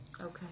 Okay